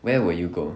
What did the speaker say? where would you go